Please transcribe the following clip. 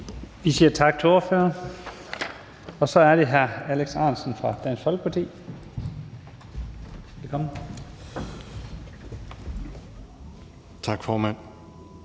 Vi siger tak til ordføreren. Så er det hr. Alex Ahrendtsen fra Dansk Folkeparti. Velkommen. Kl.